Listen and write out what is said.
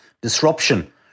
disruption